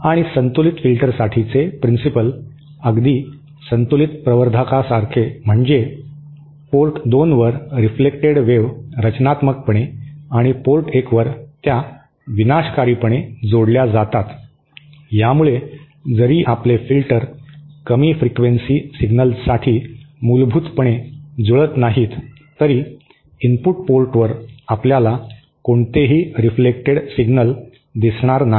आणि संतुलित फिल्टरसाठीचे प्रिन्सिपल अगदी संतुलित प्रवर्धकासारखे म्हणजे पोर्ट 2 वर रिफ्लेकटेड वेव्ह रचनात्मकपणे आणि पोर्ट 1 वर त्या विनाशकारीपणे जोडल्या जातात यामुळे जरी आपले फिल्टर कमी फ्रिक्वेन्सी सिग्नलसाठी मूलभूतपणे जुळत नाहीत तरी इनपुट पोर्टवर आपल्याला कोणतेही रिफ्लेकटेड सिग्नल दिसणार नाहीत